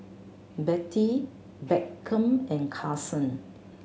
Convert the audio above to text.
Bettye Beckham and Karson